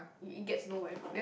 it it gets nowhere